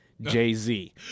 jay-z